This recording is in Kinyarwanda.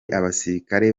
abasirikare